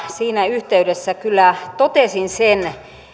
siinä yhteydessä kyllä totesin sen